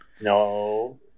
No